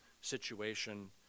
situation